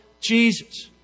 Jesus